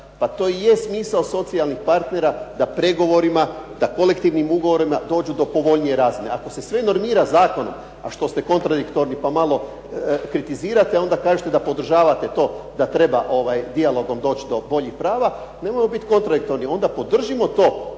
Pa to i je smisao socijalnih partnera, da pregovorima, da kolektivnim ugovorima dođu do povoljnije razine. Ako se sve normira zakonom, a što ste kontradiktorni pa malo kritizirate, onda kažete da podržavate to, da treba dijalogom doći do boljih prava, nemojmo biti kontradiktorni. Onda podržimo to